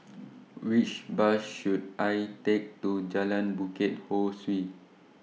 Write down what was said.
Which Bus should I Take to Jalan Bukit Ho Swee